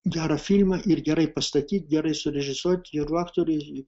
gerą filmą ir gerai pastatyt gerai surežisuot ir aktoriai